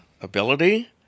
ability